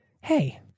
hey